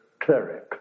cleric